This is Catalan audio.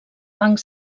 banc